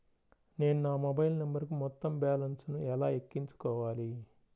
నేను నా మొబైల్ నంబరుకు మొత్తం బాలన్స్ ను ఎలా ఎక్కించుకోవాలి?